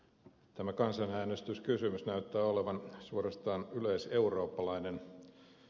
tämä kansanäänestyskysymys näyttää olevan suorastaan yleiseurooppalainen